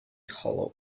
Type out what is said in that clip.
hollow